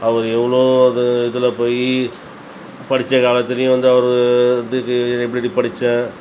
அவர் எவ்வளோ அது இதில் போய் படிச்ச காலத்துலையும் வந்து அவர் இது இது எப்படி எப்படி படிச்ச